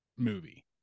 movie